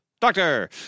Doctor